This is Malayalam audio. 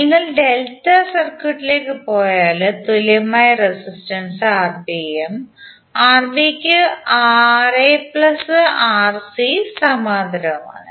നിങ്ങൾ ഡെൽറ്റ സർക്യൂട്ടിലേക്ക് പോയാൽ തുല്യമായ റെസിസ്റ്റൻസ് Rb ഉം Rb കു Ra Rc സമാന്തരവുമാണ്